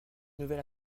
nouvelle